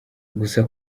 gusa